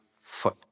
foot